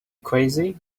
crazy